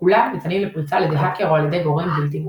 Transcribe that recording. כולם – ניתנים לפריצה על ידי האקר או על ידי גורם בלתי מורשה.